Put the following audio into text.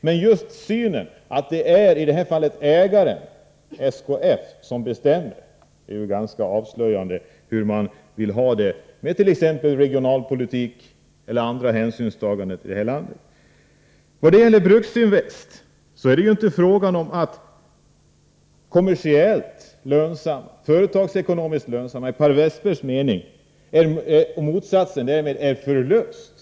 Men just det förhållandet att det är ägaren, SKF, som bestämmer är ganska avslöjande för hur man vill ha det med t.ex. regionalpolitiken i vårt land. Beträffande Bruksinvest: Frågan gäller inte kommersiell eller företagsekonomisk lönsamhet i Per Westerbergs mening, där motsatsen är förlust.